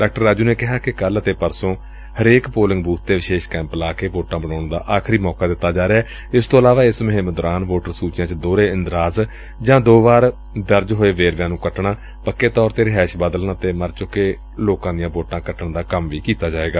ਡਾ ਰਾਜੁ ਨੇ ਕਿਹਾ ਕਿ ਕੱਲੁ ਅਤੇ ਪਰਸੋ ਹਰੇਕ ਪੋਲਿੰਗ ਬੂਬ ਤੇ ਵਿਸ਼ੇਸ਼ ਕੈਪ ਲਗਾ ਕੇ ਵੋਟਾਂ ਬਨਾਉਣ ਦਾ ਆਖਰੀ ਮੌਕੇ ਦਿੱਤਾ ਜਾ ਰਿਹੈ ਇਸ ਤੋ ਇਲਾਵਾ ਇਸ ਮੁਹਿਮ ਦੌਰਾਨ ਵੋਟਰ ਸੁਚੀਆਂ ਵਿਚੋਂ ਦੋਹਰੇ ਇੰਦਰਾਜ ਜਾਂ ਦੋ ਵਾਰ ਦਰਜ ਹੋਏ ਵੇਰਵਿਆਂ ਨੂੰ ਕੱਟਣਾ ਪੱਕੇ ਤੌਰ ਤੇ ਰਿਹਾਇਸ਼ ਬਦਲਣ ਵਾਲੇ ਅਤੇ ਮਰ ਚੁੱਕੇ ਲੋਕਾਂ ਦੀਆਂ ਵੋਟਾਂ ਕੱਟਣ ਦਾ ਕੰਮ ਕੀਤਾ ਜਾਵੇਗਾ